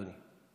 אדוני.